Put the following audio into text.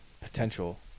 potential